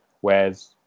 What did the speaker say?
Whereas